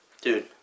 Dude